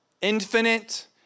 infinite